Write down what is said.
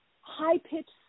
high-pitched